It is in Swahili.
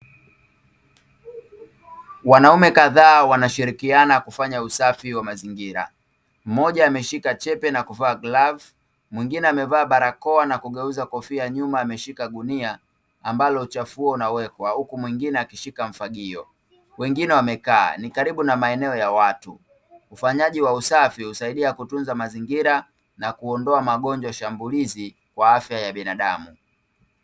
Wanaume kadhaa wanashirikiana kufanya usafi wa mazingira. Mmoja ameshika chepe na kuvaa glavu, mwingine amevaa barakoa na kugeuza kofia nyuma ameshika gunia, ambalo uchafu huo unawekwa, huku mwingine akishika mfagio. Wengine wamekaa. Ni karibu na maeneo ya watu. Ufanyaji wa usafi husaidia kutunza mazingira na kuondoa magonjwa shambulizi kwa afya ya binadamu.